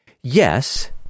yes